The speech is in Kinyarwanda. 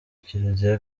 kiliziya